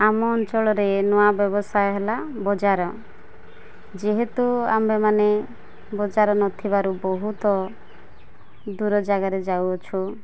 ଆମ ଅଞ୍ଚଳରେ ନୂଆ ବ୍ୟବସାୟ ହେଲା ବଜାର ଯେହେତୁ ଆମ୍ଭେମାନେ ବଜାର ନଥିବାରୁ ବହୁତ ଦୂର ଜାଗାରେ ଯାଉଅଛୁ